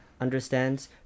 understands